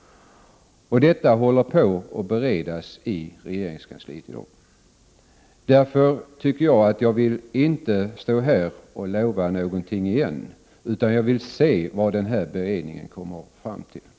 Detta håller på att beredas i regeringskansliet. Jag vill därför inte stå här och lova någonting igen, utan jag vill se vad den här beredningen kommer fram till.